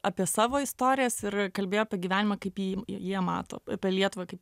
apie savo istorijas ir kalbėjo apie gyvenimą kaip jį jie mato apie lietuvą kaip